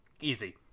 easy